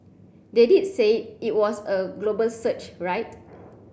they did say it was a global search right